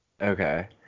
Okay